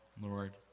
Lord